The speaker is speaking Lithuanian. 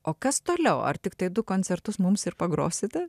o kas toliau ar tiktai du koncertus mums ir pagrosite